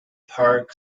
park